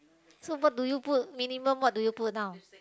so what do you put minimum what do you put now